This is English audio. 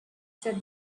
said